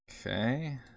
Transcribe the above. okay